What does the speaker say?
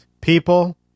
People